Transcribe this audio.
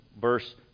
verse